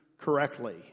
correctly